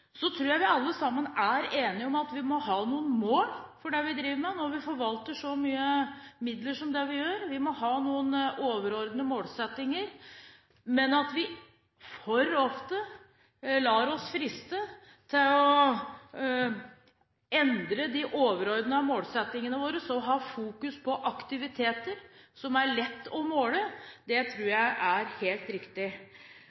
Så tror jeg vi alle sammen er enige om at vi må ha noen mål for det vi driver med, når vi forvalter så mye midler som det vi gjør. Vi må ha noen overordnede målsettinger – men at vi for ofte lar oss friste til å endre de overordnede målsettingene våre og ha fokus på aktiviteter som det er lett å måle,